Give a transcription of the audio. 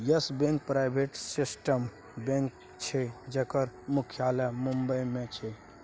yes bank private सेक्टरक bank छै जकर मुख्यालय बंबई मे छै